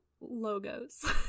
logos